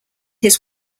his